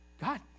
God